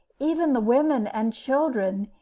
even the women and children,